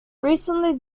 recently